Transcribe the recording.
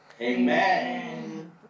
Amen